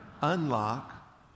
unlock